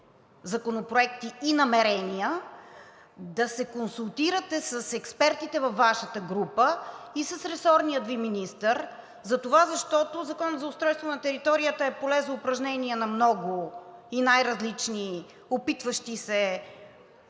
законопроекти и намерения, да се консултирате с експертите във Вашата група и с ресорния Ви министър, затова защото Законът за устройство на територията е поле за упражнения на много и най-различни опитващи се